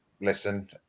Listen